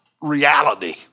reality